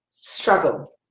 struggle